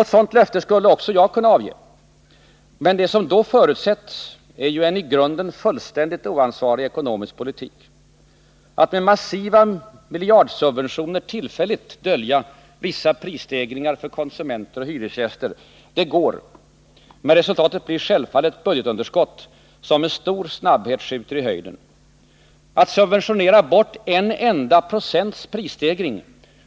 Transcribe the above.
Ett sådant löfte skulle även jag kunna avge. Men det som då förutsätts, är ju en i grunden fullständigt oansvarig ekonomisk politik. Att med massiva miljardsubventioner tillfälligt dölja vissa prisstegringar för konsumenter och hyresgäster går, men resultatet blir självfallet budgetunderskott, som med stor snabbhet skjuter i höjden. Att subventionera bort en enda procents prisstegring